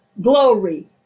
glory